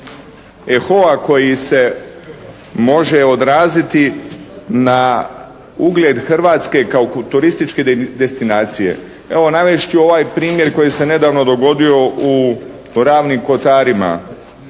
ehoa koji se može odraziti na ugled Hrvatske kao turističke destinacije. Evo navest ću ovaj primjer koji se nedavno dogodio u Ravnim Kotarima.